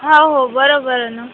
हो हो बरं बरं ना